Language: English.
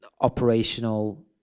operational